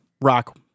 rock